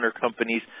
companies